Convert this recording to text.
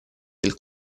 del